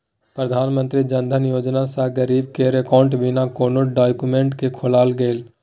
प्रधानमंत्री जनधन योजना सँ गरीब केर अकाउंट बिना कोनो डाक्यूमेंट केँ खोलल गेलै